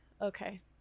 Okay